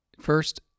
first